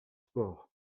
sport